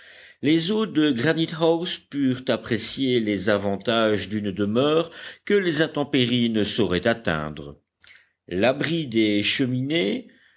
les hôtes de granite house purent apprécier les avantages d'une demeure que les intempéries ne sauraient atteindre l'abri des cheminées